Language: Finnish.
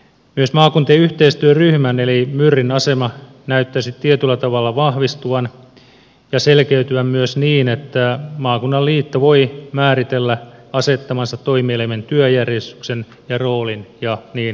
myös maakuntien yhteistyöryhmän eli myrin asema näyttäisi tietyllä tavalla vahvistuvan ja selkeytyvän myös niin että maakunnan liitto voi määritellä asettamansa toimielimen työjärjestyksen ja roolin ja niin edelleensä